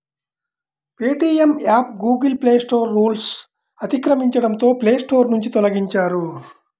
Paytm app Google play store రూల్స్ను అతిక్రమించడంతో play store నుంచి తొలగించారు